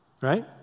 Right